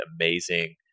amazing